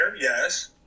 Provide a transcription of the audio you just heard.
yes